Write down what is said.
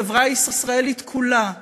החברה הישראלית כולה,